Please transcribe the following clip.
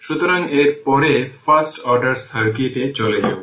সুতরাং এর পরে ফার্স্ট অর্ডার সার্কিট এ চলে যাব